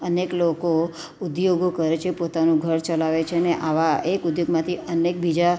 અનેક લોકો ઉદ્યોગો કરે છે પોતાનું ઘર ચલાવે છે ને આવા એક ઉદ્યોગમાંથી અનેક બીજા